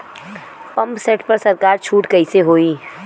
Pump set पर सरकार छूट कईसे होई?